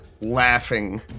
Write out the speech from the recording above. laughing